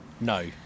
No